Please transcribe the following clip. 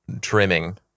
trimming